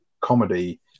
comedy